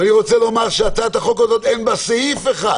אני רוצה לומר שהצעת החוק הזאת, אין בה סעיף אחד